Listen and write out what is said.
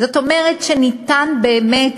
זאת אומרת שניתן באמת,